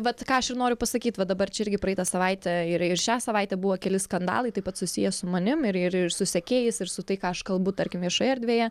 vat ką aš ir noriu pasakyt va dabar čia irgi praeitą savaitę ir šią savaitę buvo keli skandalai taip pat susiję su manim ir ir ir su sekėjais ir su tai ką aš kalbu tarkim viešoje erdvėje